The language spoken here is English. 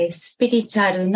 spiritual